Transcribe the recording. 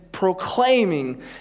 proclaiming